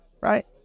right